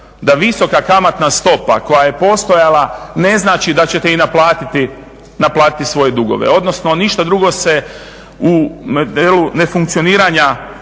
da visoka kamatna stopa koja je postojala ne znači da ćete i naplatiti svoje dugove, odnosno ništa drugo u modelu nefunkcioniranja